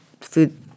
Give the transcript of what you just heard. food